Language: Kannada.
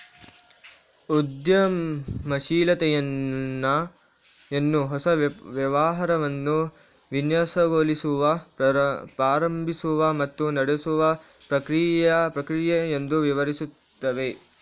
ಉದ್ಯಮಶೀಲತೆಯನ್ನು ಹೊಸ ವ್ಯವಹಾರವನ್ನು ವಿನ್ಯಾಸಗೊಳಿಸುವ, ಪ್ರಾರಂಭಿಸುವ ಮತ್ತು ನಡೆಸುವ ಪ್ರಕ್ರಿಯೆ ಎಂದು ವಿವರಿಸುತ್ತವೆ